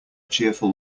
cheerful